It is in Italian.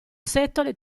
setole